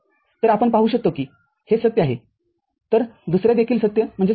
तर आता आपण पाहु शकतो कि हे सत्य आहेतर दुसरे देखील सत्य आहे